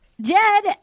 Jed